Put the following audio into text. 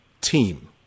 team